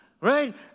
Right